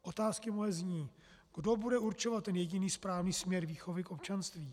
Mé otázky zní: Kdo bude určovat ten jediný správný směr výchovy k občanství?